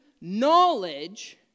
knowledge